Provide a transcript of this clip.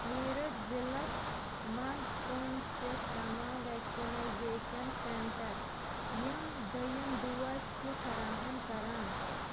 میٖرَٹھ ضلعس مَنٛز کم چھِ تمام وٮ۪کسِنیزیٚشن سٮ۪نٹر یِم دٔیُم ڈوز چھِ فراہَم کران